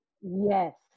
yes